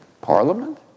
Parliament